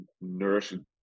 nourishing